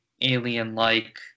alien-like